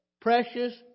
precious